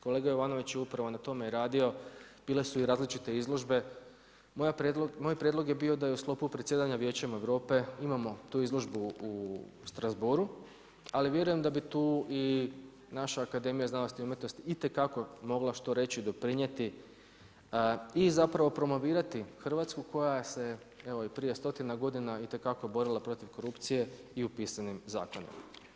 Kolega Jovanović je upravo na tome radio, bile su i različite izložbe, moj prijedlog je bio da u sklopu predsjedanja Vijećem Europe imamo tu izložbu u Strasbourgu, ali vjerujem da bi tu i naša Akademija znanosti i umjetnosti itekako mogla što reći, doprinijeti, i zapravo promovirati Hrvatsku koja se evo i prije stotina godina itekako borila protiv korupcije i u pisanim zakonima.